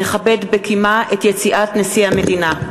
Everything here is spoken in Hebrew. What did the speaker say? נכבד בקימה את יציאת נשיא המדינה.